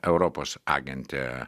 europos agentė